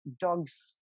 dogs